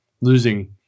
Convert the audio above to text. losing